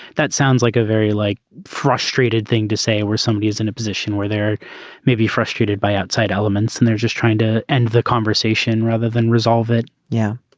that sounds like a very like frustrated thing to say where somebody is in a position where they're maybe frustrated by outside elements and they're just trying to end the conversation rather than resolve it yeah.